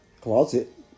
closet